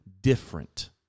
different